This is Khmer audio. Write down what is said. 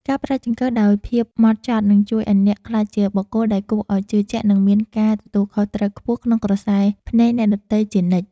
ការប្រើចង្កឹះដោយភាពហ្មត់ចត់នឹងជួយឱ្យអ្នកក្លាយជាបុគ្គលដែលគួរឱ្យជឿជាក់និងមានការទទួលខុសត្រូវខ្ពស់ក្នុងក្រសែភ្នែកអ្នកដទៃជានិច្ច។